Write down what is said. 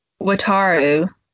Wataru